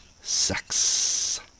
sex